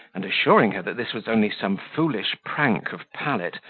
and assuring her that this was only some foolish prank of pallet,